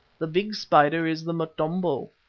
the big spider is the motombo.